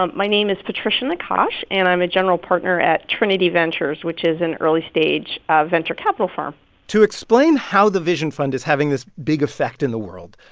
um my name is patricia nakache, and i'm a general partner at trinity ventures, which is an early-stage ah venture capital firm to explain how the vision fund is having this big effect in the world,